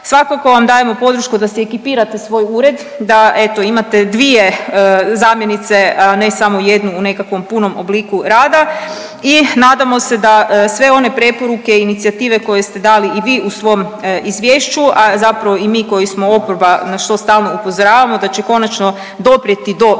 svakako vam dajemo podršku da si ekipirate svoj ured, da eto imate dvije zamjenice, a ne samo jednu u nekakvom punom obliku rada i nadamo se da sve one preporuke i inicijative koje ste dali i vi u svom izvješću, a zapravo i mi koji smo oporba na što stalno upozoravamo da će konačno doprijeti do vladajućih